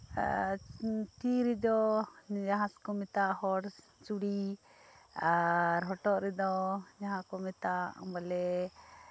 ᱮᱸᱫ ᱛᱤ ᱨᱮᱫᱚ ᱡᱟᱸᱦᱟ ᱠᱚ ᱢᱮᱛᱟᱜᱼᱟ ᱦᱚᱲ ᱪᱩᱲᱤ ᱟᱨ ᱦᱚᱴᱚᱜ ᱨᱮᱫᱚ ᱡᱟᱦᱟᱸ ᱠᱚ ᱢᱮᱛᱟᱜᱼᱟ ᱵᱚᱞᱮ